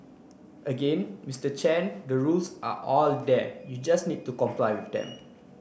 again Mr Chen the rules are all there you just need to comply with them